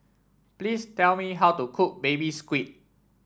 please tell me how to cook Baby Squid